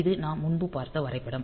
இது நாம் முன்பு பார்த்த வரைபடம்